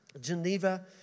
Geneva